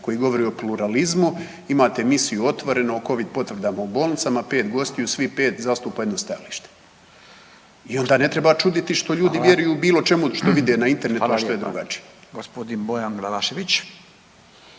koji govori o pluralizmu, imate emisiju „Otvoreno“ o covid potvrdama u bolnicama, 5 gostiju, svih 5 zastupa jedno stajalište. I onda ne treba čuditi što ljudi vjeruju bilo čemu što vide na internetu ono što je drugačije. **Radin, Furio